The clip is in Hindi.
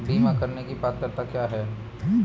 बीमा करने की पात्रता क्या है?